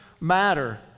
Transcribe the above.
Matter